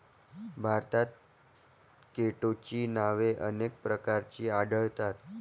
भारतात केटोची नावे अनेक प्रकारची आढळतात